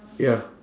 ya